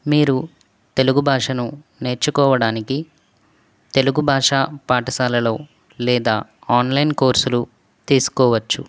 మీరు తెలుగు భాషను నేర్చుకోవడానికి తెలుగు భాషా పాఠశాలలో లేదా ఆన్లైన్ కోర్సులు తీసుకోవచ్చు